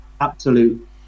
absolute